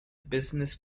business